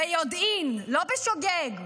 ביודעין, לא בשוגג.